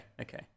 okay